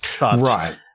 Right